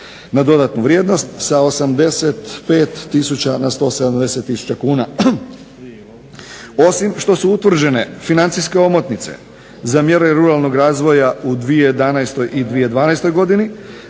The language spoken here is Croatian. na dodatnu vrijednost sa 185 tisuća na 170 tisuća kuna. Osim što su utvrđene financijske omotnice za mjere ruralnog razvoja u 2011. i 2012. godini,